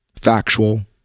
factual